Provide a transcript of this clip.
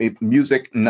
Music